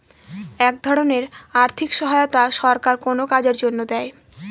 এক ধরনের আর্থিক সহায়তা সরকার কোনো কাজের জন্য দেয়